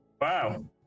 Wow